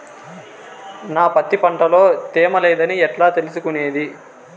నా పత్తి పంట లో తేమ లేదని ఎట్లా తెలుసుకునేది?